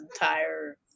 entire